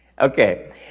okay